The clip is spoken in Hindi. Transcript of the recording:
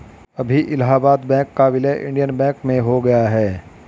अभी इलाहाबाद बैंक का विलय इंडियन बैंक में हो गया है